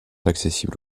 accessibles